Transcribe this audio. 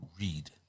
read